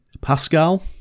pascal